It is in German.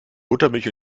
buttermilch